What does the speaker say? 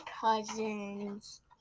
cousins